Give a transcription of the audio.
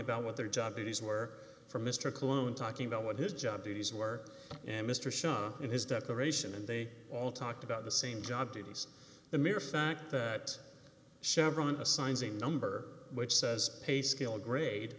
about what their job duties were for mr cologne talking about what his job duties were and mr shaw in his declaration and they all talked about the same job duties the mere fact that chevron assigns a number which says pay scale grade